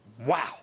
Wow